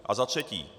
A za třetí.